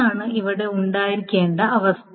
ഇതാണ് അവിടെ ഉണ്ടായിരിക്കേണ്ട അവസ്ഥ